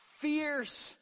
fierce